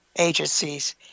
Agencies